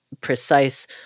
precise